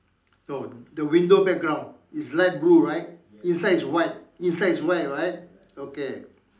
no the window background is light blue right inside is white inside is white right okay